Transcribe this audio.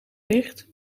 dicht